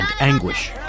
anguish